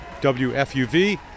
WFUV